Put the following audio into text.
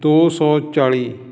ਦੋ ਸੌ ਚਾਲੀ